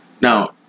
Now